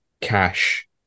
Cash